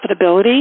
profitability